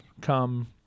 come